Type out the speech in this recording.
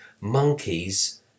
monkeys